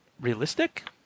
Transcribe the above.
realistic